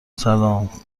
سلام